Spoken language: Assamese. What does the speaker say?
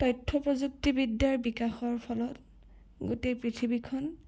তথ্য প্ৰযুক্তিবিদ্যাৰ বিকাশৰ ফলত গোটেই পৃথিৱীখন